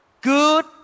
good